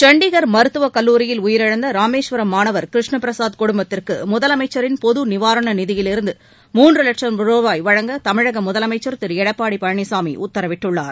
சண்டிகள் மருத்துவ கல்லூரியில் உயிரிழந்த ராமேஸ்வரம் மாணவர் கிருஷ்ண பிரசாத் குடும்பத்திற்கு முதலமைச்சின் பொதுநிவாரண நிதியிலிருந்து மூன்று லட்சம் ரூபாய் வழங்க தமிழக திரு எடப்பாடி பழனிசாமி உத்தரவிட்டுள்ளார்